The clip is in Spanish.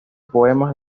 poemas